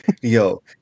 Yo